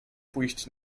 pójść